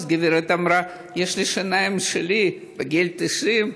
אז הגברת אמרה: יש לי שיניים משלי בגיל 90,